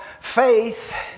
faith